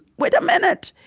wait a minute.